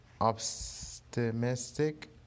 optimistic